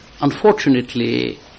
Unfortunately